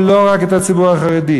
ולא רק את הציבור החרדי.